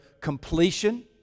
completion